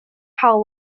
how